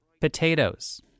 Potatoes